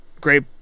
great